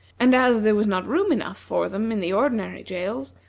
and as there was not room enough for them in the ordinary jails,